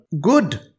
good